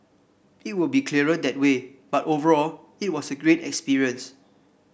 it will be clearer that way but overall it was a great experience